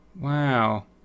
Wow